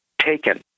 taken